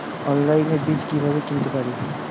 অনলাইনে বীজ কীভাবে কিনতে পারি?